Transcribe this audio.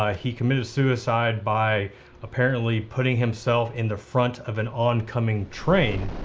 ah he committed suicide by apparently putting himself in the front of an oncoming train,